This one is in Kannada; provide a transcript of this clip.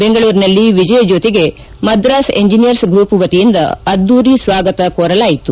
ಬೆಂಗಳೂರಿನಲ್ಲಿ ವಿಜಯ ಜ್ಯೋತಿಗೆ ಮದ್ರಾಸ್ ಎಂಜಿನಿಯರ್ಸ್ ಗ್ರೂಪ್ ವತಿಯಿಂದ ಅದ್ದೂರಿ ಸ್ವಾಗತ ಕೋರಲಾಯಿತು